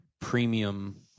premium